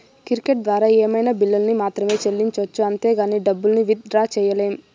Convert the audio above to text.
credit ద్వారా ఏమైనా బిల్లుల్ని మాత్రమే సెల్లించొచ్చు అంతేగానీ డబ్బుల్ని విత్ డ్రా సెయ్యలేం